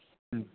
হুম